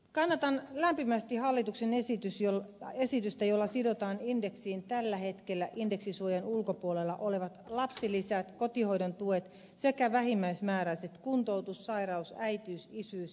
kannatan lämpimästi hallituksen esitystä jolla sidotaan indeksiin tällä hetkellä indeksisuojan ulkopuolella olevat lapsilisät kotihoidon tuet sekä vähimmäismääräiset kuntoutus sairaus äitiys isyys ja vanhempainrahat